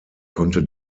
konnte